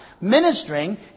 Ministering